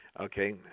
Okay